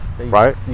Right